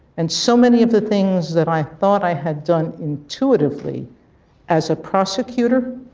and so many of the things that i thought i had done intuitively as a prosecutor.